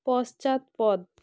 পশ্চাৎপদ